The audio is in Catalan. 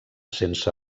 sense